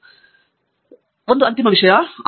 professor Andrew Thangaraj ಒಂದು ಅಂತಿಮ ವಿಷಯವನ್ನು ಮುಚ್ಚಿ